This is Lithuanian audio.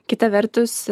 kita vertus